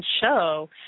show